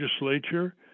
legislature